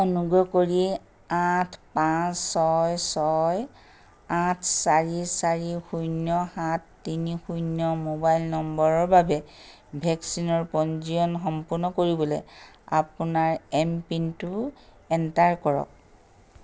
অনুগ্ৰহ কৰি আঠ পাঁচ ছয় ছয় আঠ চাৰি চাৰি শূন্য সাত তিনি শূন্য মোবাইল নম্বৰৰ বাবে ভেকচিনৰ পঞ্জীয়ন সম্পূৰ্ণ কৰিবলৈ আপোনাৰ এমপিনটো এণ্টাৰ কৰক